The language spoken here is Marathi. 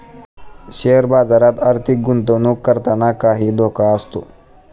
शेअर बाजारात आर्थिक गुंतवणूक करताना काही धोका असतो